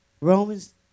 Romans